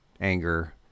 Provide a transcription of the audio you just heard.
anger